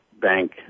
bank